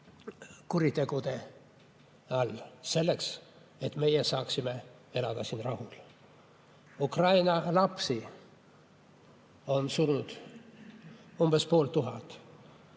kuritegude all selleks, et meie saaksime elada rahulikult. Ukraina lapsi on surnud umbes pool tuhat